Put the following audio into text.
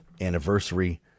anniversary